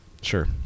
Sure